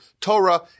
Torah